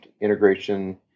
integration